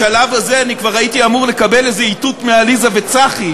בשלב הזה אני כבר הייתי אמור לקבל איזה איתות מעליזה וצחי,